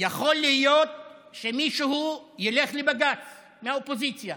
יכול להיות שמישהו ילך לבג"ץ, מהאופוזיציה,